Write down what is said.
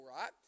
right